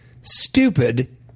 stupid